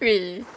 fail